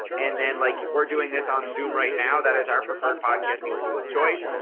and then like we're doing this on zoom right now that is our preferred podcasting tool of choice.